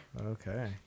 Okay